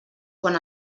quan